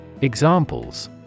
Examples